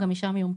גם משם היא אומצה,